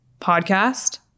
podcast